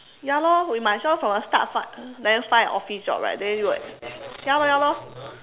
ya lor we might as well from the start find uh then find an office job then we would ya lor ya lor